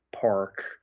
Park